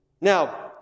Now